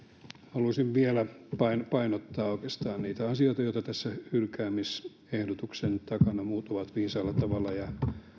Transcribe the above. haluaisin vielä painottaa oikeastaan niitä asioita hylkäämisehdotuksen takana joita muut ovat viisaalla tavalla